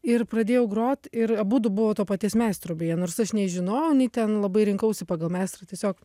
ir pradėjau grot ir abudu buvo to paties meistro beje nors aš nei žinojau nei ten labai rinkausi pagal meistrą tiesiog